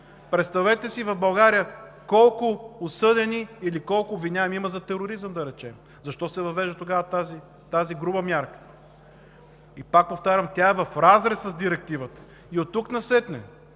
Представете си в България колко осъдени или колко обвиняеми има за тероризъм, да речем? Защо се въвежда тогава тази груба мярка? Пак повтарям – тя е в разрез с Директивата. Оттук насетне